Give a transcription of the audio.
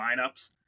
lineups